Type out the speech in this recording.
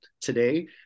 today